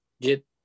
get